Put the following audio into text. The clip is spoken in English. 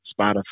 Spotify